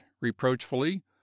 reproachfully